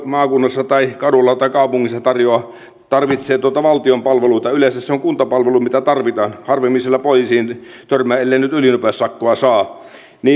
maakunnassa tai kadulla tai kaupungissa tarvitsee valtion palveluilta yleensä se on kuntapalvelu mitä tarvitaan harvemmin siellä poliisiin törmää ellei nyt ylinopeussakkoa saa